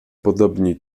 podobni